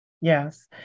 Yes